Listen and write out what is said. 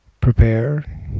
prepare